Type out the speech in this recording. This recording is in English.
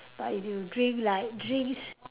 but if you drink like drinks